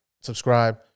subscribe